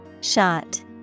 Shot